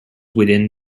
within